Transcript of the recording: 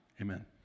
Amen